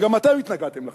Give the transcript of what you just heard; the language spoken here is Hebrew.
כי גם אתם התנגדתם לחלוקה.